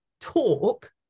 talk